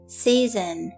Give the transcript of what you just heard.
season